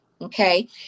okay